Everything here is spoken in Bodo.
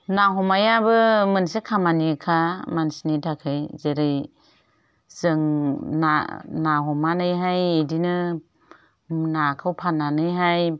ना हमनायाबो मोनसे खामानिखा मानसिनि थाखाय जेरै जों ना हमनानैहाय बिदिनो नाखौ फान्नानैहाय